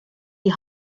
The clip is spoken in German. die